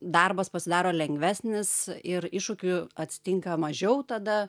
darbas pasidaro lengvesnis ir iššūkių atsitinka mažiau tada